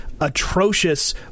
atrocious